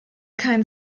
kein